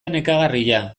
nekagarria